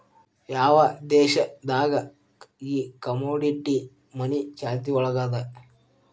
ಯಾವ್ ದೇಶ್ ದಾಗ್ ಈ ಕಮೊಡಿಟಿ ಮನಿ ಚಾಲ್ತಿಯೊಳಗದ?